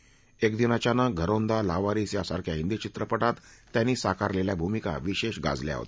एक दिन अचानक घरोंदा लावारिस यासारख्या हिंदी चित्रपटात त्यांनी साकारलेल्या भूमिका विशेष गाजल्या आहेत